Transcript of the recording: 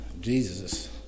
Jesus